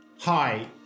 Hi